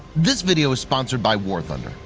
this video is sponsored by war thunder,